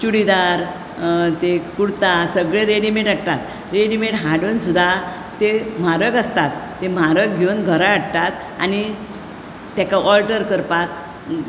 चुडीदार ते कुर्ता सगळे रेडीमेट हाडटा रेडीमेट हाडून सुद्दां ते म्हारग आसतात म्हारग घेवन घरा हाडटात आनी तेका ऑल्टर करपाक